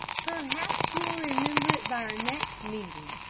perhaps you will remember it by our next meeting,